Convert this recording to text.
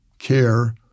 care